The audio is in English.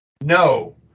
No